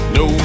no